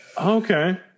okay